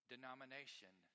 Denomination